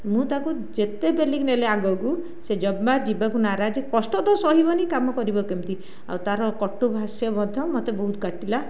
ମୁଁ ତାକୁ ଯେତେ ପେଲିକି ନେଲେ ଆଗକୁ ସେ ଜମା ଯିବାକୁ ନାରାଜ କଷ୍ଟ ତ ସହିବନି କାମ କରିବ କେମିତି ଆଉ ତାର କଟୁଭାଷ୍ୟ ମଧ୍ୟ ମୋତେ ବହୁତ କାଟିଲା